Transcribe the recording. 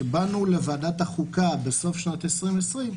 כשבאנו לוועדת החוקה, חוק ומשפט בסוף שנת 2020,